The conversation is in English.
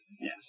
Yes